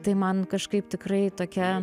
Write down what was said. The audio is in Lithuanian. tai man kažkaip tikrai tokia